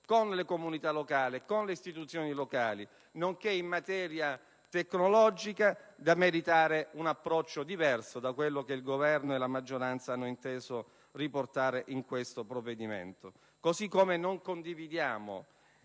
con le comunità locali e con le istituzioni locali, nonché in materia tecnologica, ed è tale da meritare un approccio diverso da quello che il Governo e la maggioranza hanno inteso riportare nel provvedimento